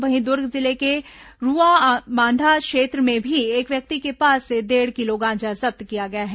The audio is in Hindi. वहीं दुर्ग जिले के रूआबांधा क्षेत्र में भी एक व्यक्ति के पास से डेढ़ किलो गांजा जब्त किया गया है